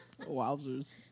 Wowzers